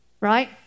Right